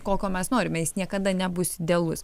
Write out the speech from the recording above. kokio mes norime jis niekada nebus idealus